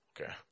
Okay